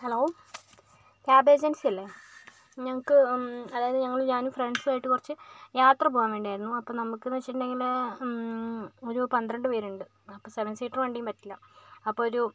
hello cab agency അല്ലെ ഞങ്ങൾക്ക് അതായത് ഞാൻ ഫ്രണ്ട്സ് ആയിട്ട് കുറച്ച് യാത്ര പോകാൻ വേണ്ടിയായിരുന്നു നമുക്ക് എന്ന് വെച്ചിട്ടുണ്ടെങ്കിൽ ഒരു പന്ത്രണ്ട് പേരുണ്ട് അപ്പം സെവൻ സീറ്റർ വണ്ടിയും പറ്റില്ല അപ്പോൾ ഒരു